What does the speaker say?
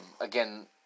again